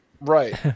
right